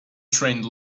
trained